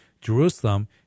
Jerusalem